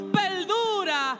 perdura